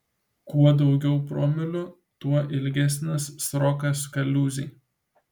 kuo daugiau promilių tuo ilgesnis srokas kaliūzėj